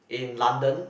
in London